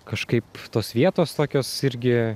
kažkaip tos vietos tokios irgi